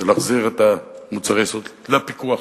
להחזיר את מוצרי היסוד לפיקוח,